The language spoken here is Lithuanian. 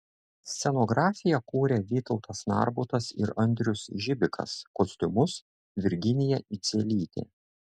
scenografiją kūrė vytautas narbutas ir andrius žibikas kostiumus virginija idzelytė